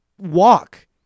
walk